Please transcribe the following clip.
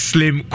Slim